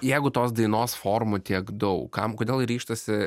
jeigu tos dainos formų tiek daug kam kodėl ryžtasi